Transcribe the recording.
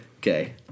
Okay